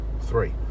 Three